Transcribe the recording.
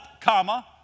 comma